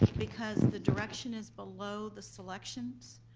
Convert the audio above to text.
because the direction is below the selections.